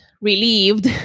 relieved